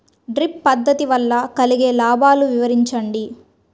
Drip పద్దతి వల్ల కలిగే లాభాలు వివరించండి?